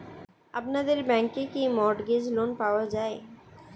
আপনাদের ব্যাংকে কি মর্টগেজ লোন পাওয়া যায়?